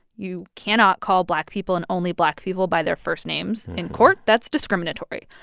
you cannot call black people, and only black people, by their first names in court. that's discriminatory.